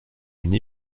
une